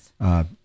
Yes